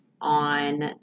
on